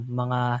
mga